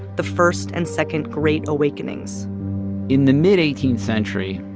the first and second great awakenings in the mid eighteenth century,